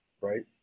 right